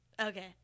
Okay